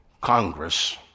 Congress